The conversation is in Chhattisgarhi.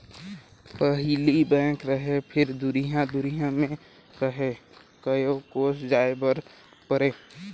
पहिली बेंक रहें फिर दुरिहा दुरिहा मे रहे कयो कोस जाय बर परे